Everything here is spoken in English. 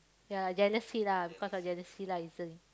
ya jealously lah because of jealousy lah